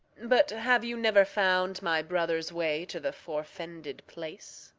but have you never found my brother's way to the forfended place?